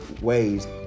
ways